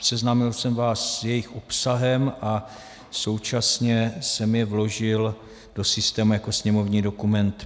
Seznámil jsem vás s jejich obsahem a současně jsem je vložil do systému jako sněmovní dokument 5922.